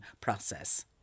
process